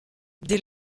dès